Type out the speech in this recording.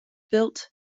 built